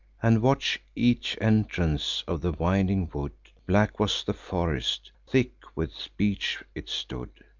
and watch each entrance of the winding wood. black was the forest thick with beech it stood,